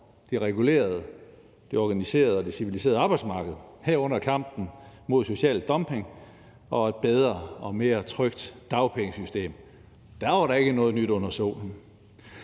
det regulerede, organiserede og civiliserede arbejdsmarked, herunder kampen mod social dumping og et bedre og mere trygt dagpengesystem. Dér var der ikke noget nyt under solen.